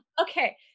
Okay